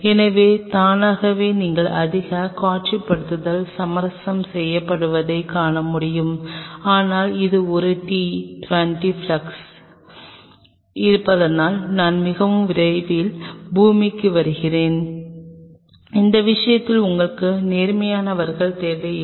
எனவே தானாகவே நீங்கள் அதிக காட்சிப்படுத்தல் சமரசம் செய்யப்படுவதைக் காண முடியும் ஆனால் இது ஒரு t 20 ஃப்ளாஸ்க்களாக இருப்பதால் நான் மிக விரைவில் பூமிக்கு வருவேன் அந்த விஷயத்தில் உங்களுக்கு நேர்மையானவர்கள் தேவையில்லை